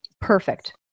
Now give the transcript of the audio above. Perfect